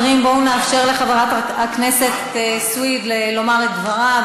בואו נאפשר לחברת הכנסת סויד לומר את דברה.